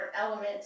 element